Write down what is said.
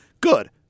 Good